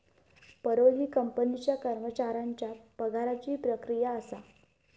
payroll ही कंपनीच्या कर्मचाऱ्यांच्या पगाराची प्रक्रिया असा